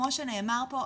כמו שנאמר פה,